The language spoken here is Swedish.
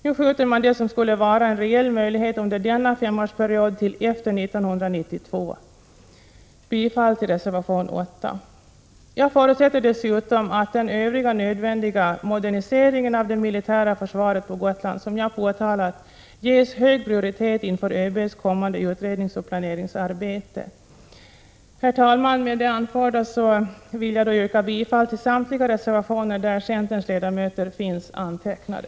Nu skjuter man det som skulle vara en reell möjlighet under denna femårsperiod till efter 1992. Jag yrkar bifall till reservation 8. Jag förutsätter dessutom att den övriga nödvändiga moderniseringen av det militära försvaret på Gotland som jag påtalat ges hög prioritet inför ÖB:s kommande utredningsoch planeringsarbete. Med det anförda vill jag yrka bifall till samtliga reservationer där centerns ledamöter finns antecknade.